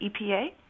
EPA